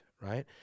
right